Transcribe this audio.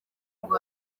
ngo